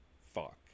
Fuck